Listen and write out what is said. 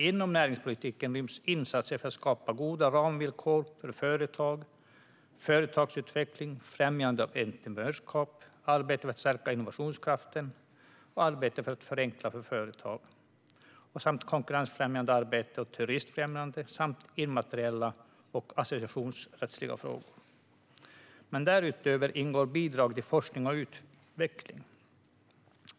Inom näringspolitiken ryms insatser för att skapa goda ramvillkor för företag, företagsutveckling, främjande av entreprenörskap, arbete för att stärka innovationskraften, arbete för att förenkla för företag, konkurrensfrämjande arbete, turistfrämjande samt immateriella och associationsrättsliga frågor. Därutöver ingår bidrag till forskning och utveckling.